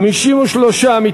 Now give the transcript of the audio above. חד"ש לסעיף 47(13) לא נתקבלה.